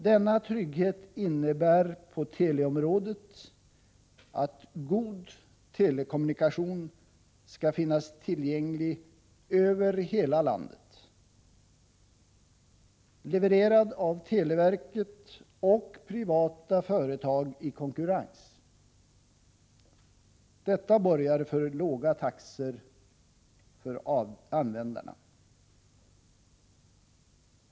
Denna trygghet innebär i fråga om teleområdet att god telekommunikation skall finnas tillgänglig över hela landet och levereras av televerket och privata företag i konkurrens. Detta borgar för låga taxor för användarna.